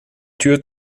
tür